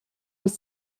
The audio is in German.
bis